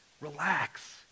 Relax